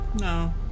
No